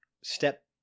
step